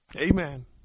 amen